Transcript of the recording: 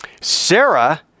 Sarah